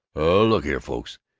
look here, folks!